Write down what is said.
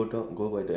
ya